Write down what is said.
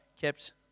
kept